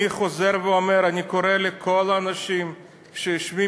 אני חוזר ואומר: אני קורא לכל האנשים שיושבים